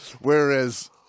Whereas